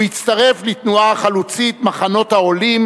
הוא הצטרף לתנועה החלוצית "מחנות העולים"